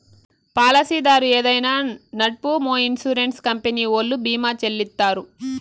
పాలసీదారు ఏదైనా నట్పూమొ ఇన్సూరెన్స్ కంపెనీ ఓల్లు భీమా చెల్లిత్తారు